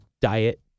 diet